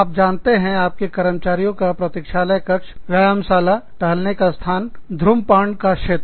आप जानते हैं आपके कर्मचारियों का प्रतिक्षालय बैठक विनोद कक्ष व्यायामशाला जिम टहलने का स्थान धूम्रपान का क्षेत्र